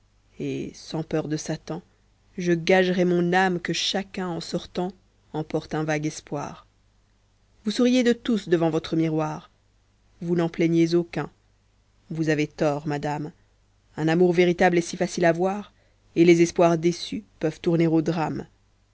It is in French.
et sans peur de satan je gagerais mon âme que chacun en sortant emporte un vague espoir vous souriez de tous devant votre miroir vous n'en plaignez aucun vous avez tort madame un amour véritable est si facile à voir et les espoirs déçus peuvent tourner au drame